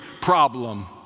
problem